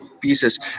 pieces